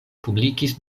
publikis